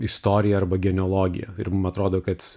istorija arba genealogija ir mum atrodo kad